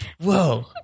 Whoa